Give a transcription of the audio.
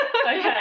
Okay